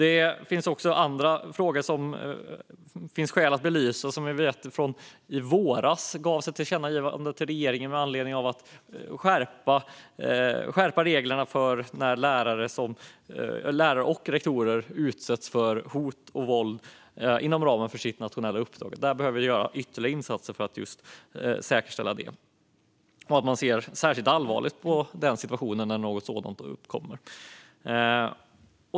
En annan fråga som det finns skäl att belysa. I våras föreslog vi ett tillkännagivande till regeringen om skärpta regler vad gäller situationen för lärare och rektorer som utsätts för hot och våld inom ramen för sitt nationella uppdrag. Vi behöver göra ytterligare insatser för att säkerställa deras arbetsmiljö. Man måste se särskilt allvarligt på situationer när något sådant uppkommer.